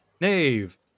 Nave